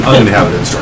uninhabited